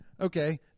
okay